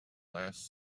last